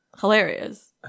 hilarious